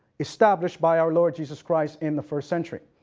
established by our lord jesus christ in the first century.